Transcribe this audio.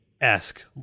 esque